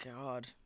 God